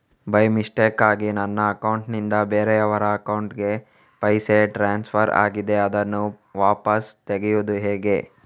By ಮಿಸ್ಟೇಕಾಗಿ ನನ್ನ account ನಿಂದ ಬೇರೆಯವರ ಅಕೌಂಟ್ ಗೆ ಪೈಸೆ ಟ್ರಾನ್ಸ್ಫರ್ ಆಗಿದೆ ಅದನ್ನು ವಾಪಸ್ ತೆಗೆಯೂದು ಹೇಗೆ?